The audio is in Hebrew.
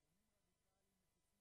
ואין איש חולק על כך.